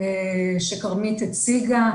שכרמית הציגה.